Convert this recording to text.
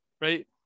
right